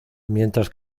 mientras